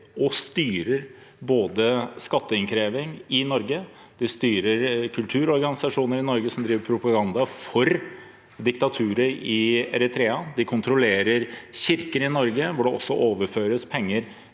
og styrer skatteinnkreving i Norge, styrer kulturorganisasjoner i Norge som driver propaganda for diktaturet i Eritrea, kontrollerer kirker i Norge, hvor det også overføres penger